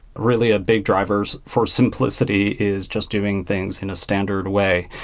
really, ah big drivers for simplicity is just doing things in a standard way.